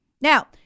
Now